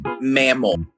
mammal